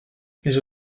les